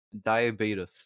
diabetes